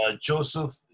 Joseph